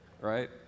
right